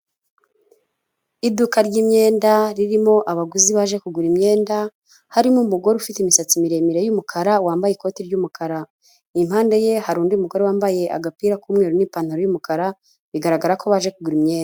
Iduka ry'imyenda ririmo abaguzi baje kugura imyenda, harimo umugore ufite imisatsi miremire y'umukara wambaye ikoti ry'umukara, impande ye hari undi mugore wambaye agapira k'umweru n'ipantaro y'umukara, bigaragara ko baje kugura imyenda.